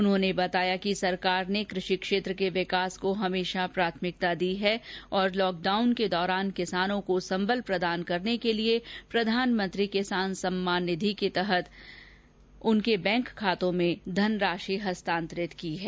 उन्होंने बताया कि सरकार ने कृषि क्षेत्र के विकास को हमेशा प्राथमिकता दी और लॉकडाउन के दौरान किसानों को सम्बल प्रदान करने के लिए प्रधानमंत्री किसान सम्मान निधि के तहत पात्र किसानों के बैंक खातों में धनराशि हस्तान्तरित की जा रही है